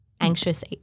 Anxious